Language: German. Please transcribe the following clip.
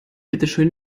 bitteschön